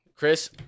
Chris